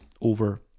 over